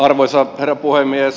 arvoisa herra puhemies